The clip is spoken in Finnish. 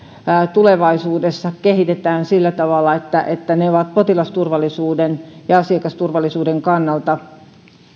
tulevaisuudessa kehitetään sillä tavalla että että ne ovat potilasturvallisuuden ja asiakasturvallisuuden kannalta